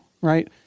right